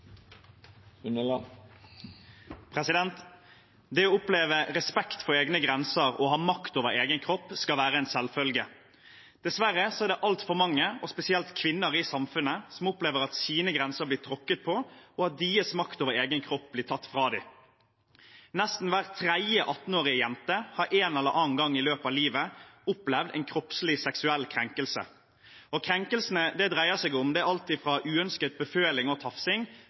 Det å oppleve respekt for egne grenser og ha makt over egen kropp skal være en selvfølge. Dessverre er det altfor mange, og spesielt kvinner, i samfunnet som opplever at deres grenser blir tråkket på, og at deres makt over egen kropp blir tatt fra dem. Nesten hver tredje 18-årige jente har en eller annen gang i løpet av livet opplevd en kroppslig seksuell krenkelse. Krenkelsene det dreier seg om, er alt fra uønsket beføling og tafsing